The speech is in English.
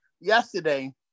yesterday